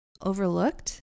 overlooked